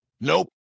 Nope